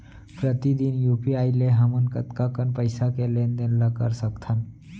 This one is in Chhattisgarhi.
प्रतिदन यू.पी.आई ले हमन कतका कन पइसा के लेन देन ल कर सकथन?